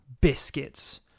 biscuits